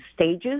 stages